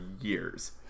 years